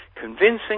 convincing